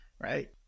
Right